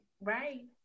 Right